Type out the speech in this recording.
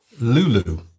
Lulu